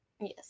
yes